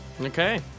Okay